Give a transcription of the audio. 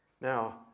Now